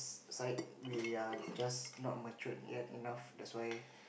side we are just not mature enough that's why